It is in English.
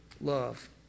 love